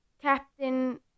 captain